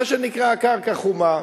מה שנקרא "קרקע חומה".